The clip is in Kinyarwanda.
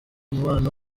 umubano